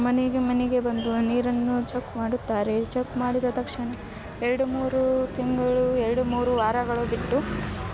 ಮನೆಗೆ ಮನೆಗೆ ಬಂದು ನೀರನ್ನು ಚೊಕ್ಕ ಮಾಡುತ್ತಾರೆ ಚೊಕ್ಕ ಮಾಡಿದ ತಕ್ಷಣ ಎರಡು ಮೂರು ತಿಂಗಳು ಎರಡು ಮೂರು ವಾರಗಳು ಬಿಟ್ಟು